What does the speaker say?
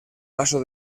paso